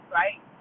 right